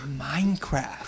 Minecraft